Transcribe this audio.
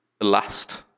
last